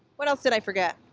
what else did i forget?